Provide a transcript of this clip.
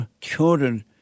children